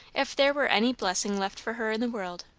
if there were any blessing left for her in the world,